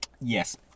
yes